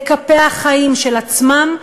לקפח חיים של עצמם,